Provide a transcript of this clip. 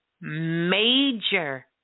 major